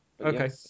Okay